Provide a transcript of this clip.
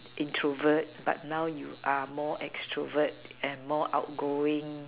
introvert but now you are more extrovert and more outgoing